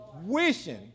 Wishing